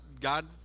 God